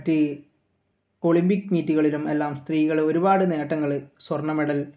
Olympic മീറ്റുകളിലുമെല്ലാം സ്ത്രീകൾ ഒരുപാട് നേട്ടങ്ങൾ സ്വർണ്ണ മെഡൽ